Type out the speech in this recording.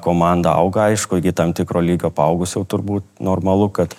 komanda auga aišku iki tam tikro lygio apaugus jau turbūt normalu kad